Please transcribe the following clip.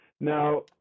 Now